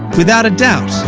without a doubt.